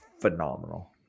phenomenal